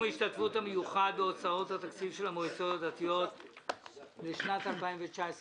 ההשתתפות המיוחד בהוצאות התקציב של המועצות הדתיות לשנת הכספים